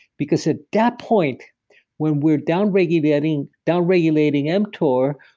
because at that point when we're down-regulating down-regulating mtor,